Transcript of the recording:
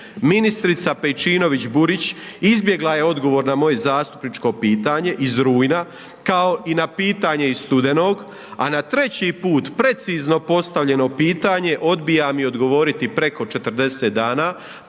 Ministrica Pejčinović Burić izbjegla je odgovor na moje zastupničko pitanje iz rujna kao i na pitanje iz studenog a na treći put precizno postavljeno pitanje, odbija mi odgovoriti preko 40 dana